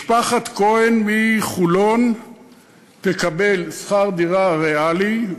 משפחת כהן מחולון תקבל שכר דירה ריאלי,